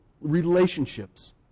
relationships